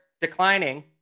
declining